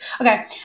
Okay